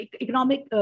economic